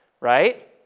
right